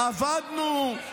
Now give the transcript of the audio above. עבדנו.